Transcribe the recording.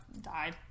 died